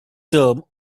term